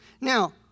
Now